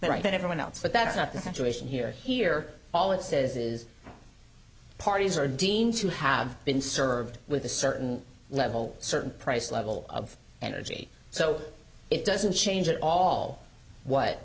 right than everyone else but that's not the situation here here all it says is parties are deemed to have been served with a certain level certain price level of energy so it doesn't change at all what